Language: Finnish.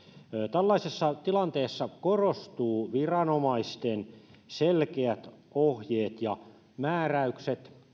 tällaisessa tilanteessa korostuvat viranomaisten selkeät ohjeet ja määräykset